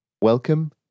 Welcome